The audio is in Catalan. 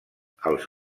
els